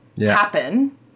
happen